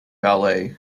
ballet